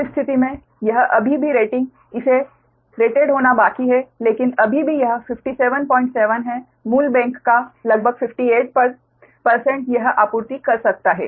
उस स्थिति में यह अभी भी रेटिंग इसे डिरेटेड होना बाकी है लेकिन अभी भी यह 577 है मूल बैंक का लगभग 58 यह आपूर्ति कर सकता है